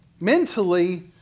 Mentally